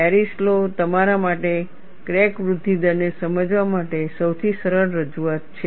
Paris law તમારા માટે crack વૃદ્ધિ દર ને સમજવા માટે સૌથી સરળ રજૂઆત છે